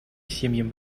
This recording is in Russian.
семьям